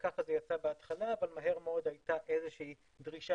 שככה זה יצא בהתחלה אבל מהר מאוד הייתה איזו שהיא דרישה